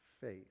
faith